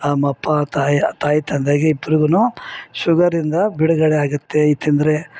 ನಮ್ಮಅಪ್ಪ ತಾಯಿ ತಾಯಿ ತಂದೆಗೆ ಇಬ್ರಿಗು ಶುಗರಿಂದ ಬಿಡುಗಡೆ ಆಗುತ್ತೆ ಇದು ತಿಂದರೆ